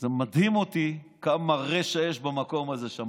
זה מדהים אותי כמה רשע יש במקום שם.